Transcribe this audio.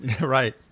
Right